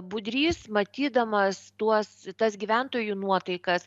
budrys matydamas tuos tas gyventojų nuotaikas